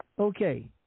Okay